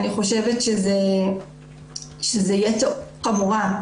אני חושבת שזה יהיה טוב עבורם,